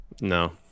No